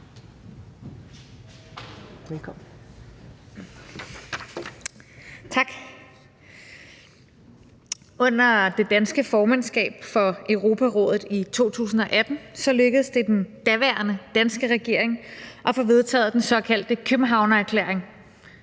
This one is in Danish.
Lund (EL): Tak. Under det danske formandskab for Europarådet i 2018 lykkedes det den daværende danske regering at få vedtaget den såkaldte Københavnererklæring,